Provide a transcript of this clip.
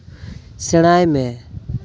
ᱥᱮᱬᱟᱭ ᱢᱮ